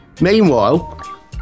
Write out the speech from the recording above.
Meanwhile